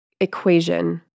equation